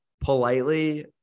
politely